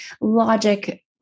logic